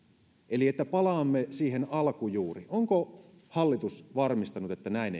eli palaamme alkujuuriin onko hallitus varmistanut että näin